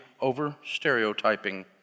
over-stereotyping